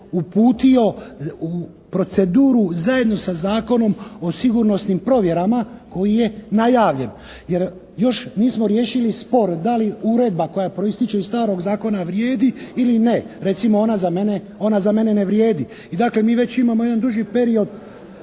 uputio u proceduru zajedno sa Zakonom o sigurnosnim provjerama koji je najavljen. Jer još nismo riješili spor da li uredba koja proističe iz starog zakona vrijedi ili ne. Recimo ona za mene ne vrijedi. I dakle, mi već imamo jedan duži period